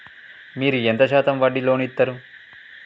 మీరు ఎంత శాతం వడ్డీ లోన్ ఇత్తరు?